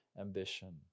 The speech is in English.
ambition